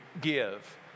give